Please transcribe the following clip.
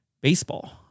baseball